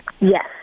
yes